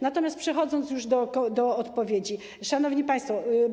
Natomiast przechodząc już do odpowiedzi, szanowni państwo.